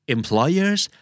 Employers